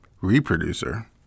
reproducer